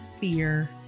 fear